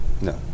No